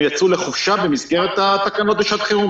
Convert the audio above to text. הם יצאו לחופשה במסגרת התקנות לשער חירום.